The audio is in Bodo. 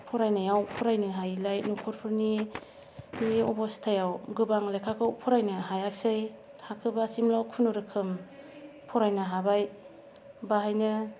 फरायनायाव फरायनो हायिलाय नखरफोरनि नि अबस्थायाव गोबां लेखाखौ फरायनो हायासै थाखोबासिमल' खुनुरोखोम फरायनो हाबाय बाहायनो